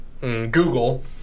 Google